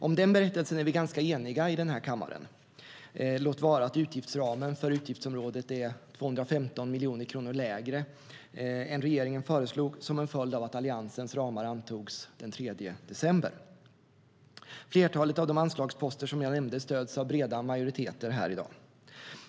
Om den berättelsen är vi ganska eniga i den här kammaren, låt vara att utgiftsramen för utgiftsområdet är 215 miljoner kronor lägre än regeringen föreslog som en följd av att Alliansens ramar antogs den 3 december. Flertalet av de anslagsposter jag nämnde stöds av breda majoriteter här i dag.